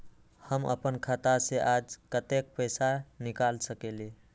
हम अपन खाता से आज कतेक पैसा निकाल सकेली?